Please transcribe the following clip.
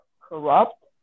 corrupt